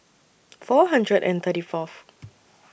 four hundred and thirty Fourth